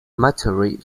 machinery